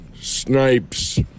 Snipes